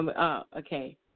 Okay